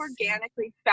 organically